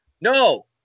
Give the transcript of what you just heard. no